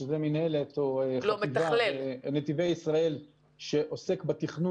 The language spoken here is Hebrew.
שזה מינהלת או חטיבה בנתיבי ישראלי שעוסק בתכנון